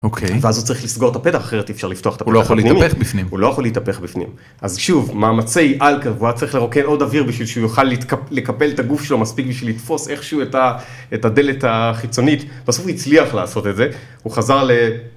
אוקיי ואז הוא צריך לסגור את הפתח אחרת אי אפשר לפתוח את הפתח הוא לא יכול להתהפך בפנים הוא לא יכול להתהפך בפנים. אז שוב מאמצי על, כן והוא היה צריך לרוקן עוד אוויר בשביל שהוא יוכל לקפל את הגוף שלו מספיק בשביל לתפוס איכשהו את הדלת החיצונית בסוף הוא הצליח לעשות את זה הוא חזר ל...